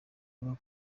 uvuga